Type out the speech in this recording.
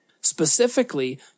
Specifically